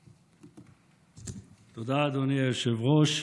תודה, אדוני היושב-ראש.